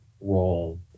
role